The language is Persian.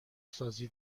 سازی